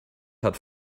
hat